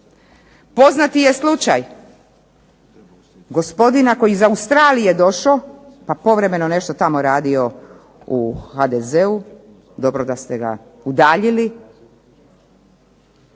Poznati je slučaj gospodina koji je iz Australije došao pa povremeno nešto tamo radio u HDZ-u dobro da ste ga udaljili,